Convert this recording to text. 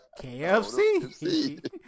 KFC